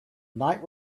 night